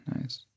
Nice